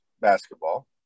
basketball